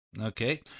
Okay